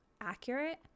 accurate